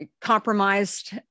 compromised